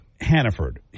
Hannaford